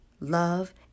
love